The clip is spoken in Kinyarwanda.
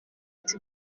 ati